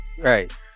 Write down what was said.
Right